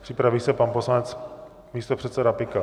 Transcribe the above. Připraví se pan poslanec místopředseda Pikal.